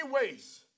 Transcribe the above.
ways